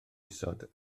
isod